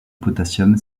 potassium